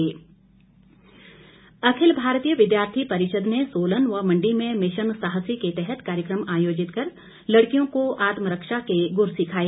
mission Sahasi Akhil Bharatiya Vidyarthi Parishad ने सोलन व मंडी में मिशन साहसी के तहत कार्यक्रम आयोजित कर लड़कियों को आत्मरक्षा के गुर सिखाए